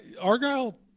Argyle